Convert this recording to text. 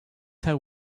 have